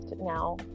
now